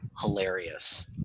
hilarious